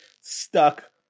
stuck